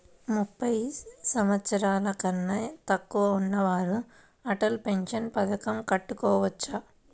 ముప్పై సంవత్సరాలకన్నా తక్కువ ఉన్నవారు అటల్ పెన్షన్ పథకం కట్టుకోవచ్చా?